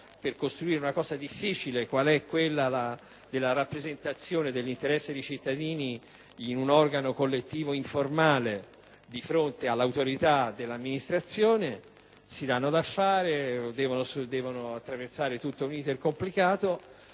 per costruire una cosa difficile come la rappresentazione degli interessi dei cittadini in un organo collettivo informale, di fronte all'autorità dell'amministrazione; si danno da fare, attraversando un *iter* complicato